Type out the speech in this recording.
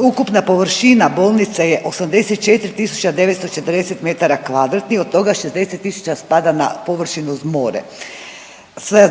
ukupna površina bolnice je 84.940 m2 od toga 60.000 spada na površinu uz more.